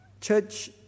church